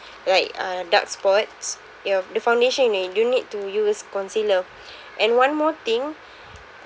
like uh dark spots ya the foundation only don't need to use concealer and one more thing